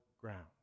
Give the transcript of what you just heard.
ground